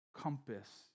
compass